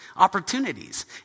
Opportunities